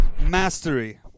mastery